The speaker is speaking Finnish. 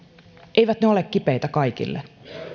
eivät ne ole kipeitä kaikille